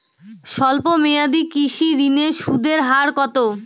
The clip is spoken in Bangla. স্বল্প মেয়াদী কৃষি ঋণের সুদের হার কত?